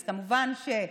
אז כמובן,